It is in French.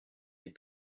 des